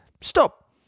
Stop